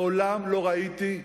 מעולם לא ראיתי,